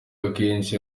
akenshi